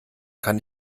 kann